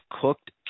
cooked